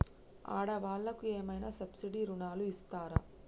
ఆడ వాళ్ళకు ఏమైనా సబ్సిడీ రుణాలు ఇస్తారా?